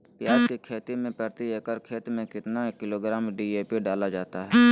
प्याज की खेती में प्रति एकड़ खेत में कितना किलोग्राम डी.ए.पी डाला जाता है?